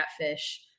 catfish